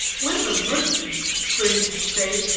when the merchant, strange to say,